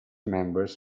members